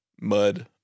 mud